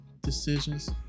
decisions